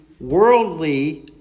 worldly